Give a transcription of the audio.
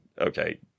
okay